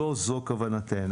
ולא זו כוונתנו.